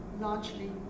largely